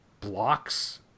blocks